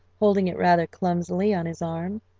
holding it rather clumsily on his arm.